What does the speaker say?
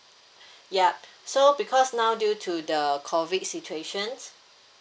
ya so because now due to the COVID situations